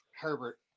Herbert